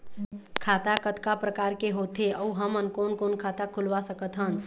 खाता कतका प्रकार के होथे अऊ हमन कोन कोन खाता खुलवा सकत हन?